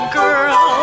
girl